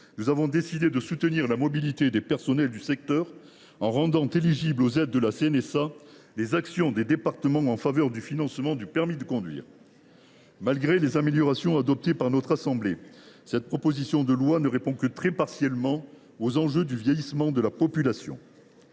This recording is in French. Nous avons décidé de soutenir la mobilité des personnels du secteur en rendant éligibles aux aides de la CNSA les actions des départements en faveur du financement du permis de conduire. Malgré les améliorations adoptées par notre assemblée, cette proposition de loi ne répond que très partiellement aux enjeux du vieillissement de la population.